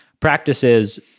practices